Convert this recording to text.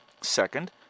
Second